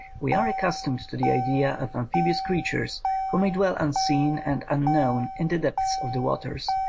we are accustomed to the idea of amphib ious creatures who may dwell unseen and unknown in the depths of the waters,